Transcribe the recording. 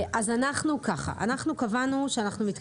גם זה נעשה במדינות שבהן הולכים לכיוון של